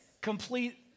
complete